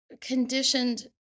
conditioned